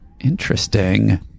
interesting